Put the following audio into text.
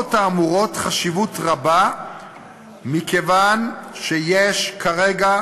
להוראות האמורות חשיבות רבה מכיוון שיש כרגע,